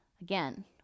again